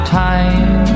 time